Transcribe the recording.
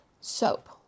soap